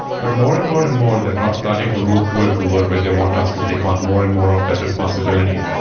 but more and more and more they're starting to move towards a world where they want us to take on more and more of that responsibility.